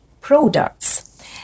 products